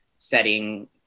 setting